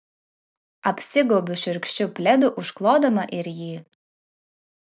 apsigaubiu šiurkščiu pledu užklodama ir jį